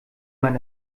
man